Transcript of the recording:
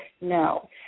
no